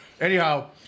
Anyhow